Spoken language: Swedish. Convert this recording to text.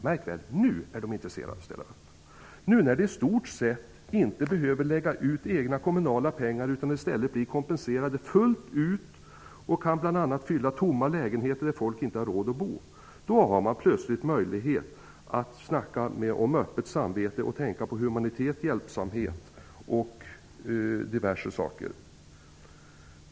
Märk väl, nu är de intresserade, när de i stort sett inte behöver lägga ut egna kommunala pengar utan i stället blir kompenserade fullt ut och bl.a. kan fylla tomma lägenheter som människor inte har råd att bo i. Då har man plötsligt möjlighet att snacka om öppet samvete och tänka på humanitet, hjälpsamhet och diverse saker.